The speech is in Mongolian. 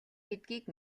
гэдгийг